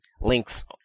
links